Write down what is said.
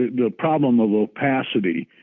the problem of opacity,